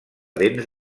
dents